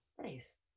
Nice